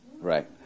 Right